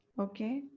Okay